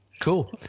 Cool